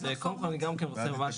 מדובר פה